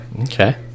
okay